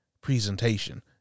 presentation